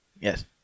Yes